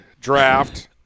draft